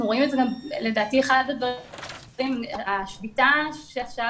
לדעתי השביתה שמתקיימת עכשיו,